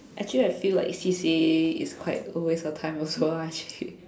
actually I feel like C_C_A is quite a waste of time also actually